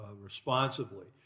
responsibly